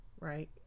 Right